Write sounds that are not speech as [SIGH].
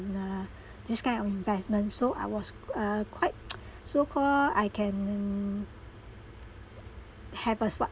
uh this kind of investment so I was uh quite [NOISE] so call I can have us what